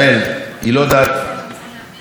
היא לא יודעת אם הוא בריא,